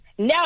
No